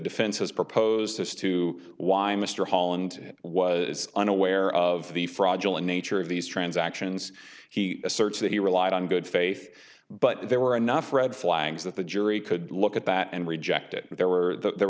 defense has proposed as to why mr holland was unaware of the fraudulent nature of these transactions he asserts that he relied on good faith but there were enough red flags that the jury could look at that and reject it there were the